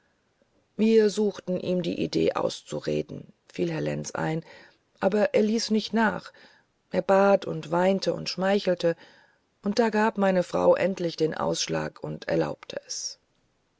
wir suchten ihm die idee auszureden fiel herr lenz ein aber er ließ nicht nach er bat und weinte und schmeichelte und da gab meine frau endlich den ausschlag und erlaubte es